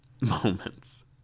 moments